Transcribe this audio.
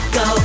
go